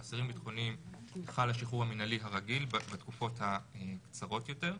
על אסירים ביטחוניים חל השחרור המינהלי הרגיל בתקופות הקצרות יותר.